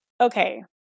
okay